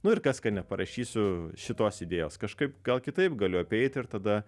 nu ir kas kad neparašysiu šitos idėjos kažkaip gal kitaip galiu apeiti ir tada